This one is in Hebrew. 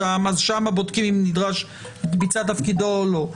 שם בודקים אם הוא ביצע את תפקידו או לא.